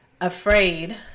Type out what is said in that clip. afraid